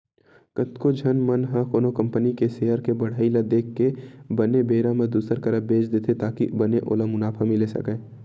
कतको झन मन ह कोनो कंपनी के सेयर के बड़हई ल देख के बने बेरा म दुसर करा बेंच देथे ताकि बने ओला मुनाफा मिले सकय